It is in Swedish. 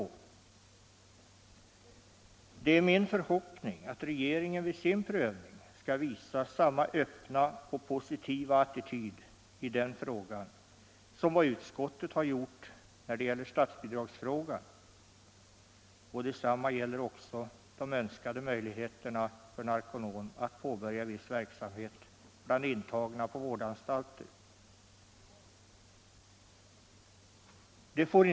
Det är min förhoppning att regeringen vid sin prövning skall visa samma öppna och positiva attityd i den frågan som socialutskottet har gjort i statsbidragsfrågan. Detsamma gäller också de önskade möjligheterna för Narconon att påbörja viss verksamhet bland intagna på vårdanstalter.